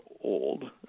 old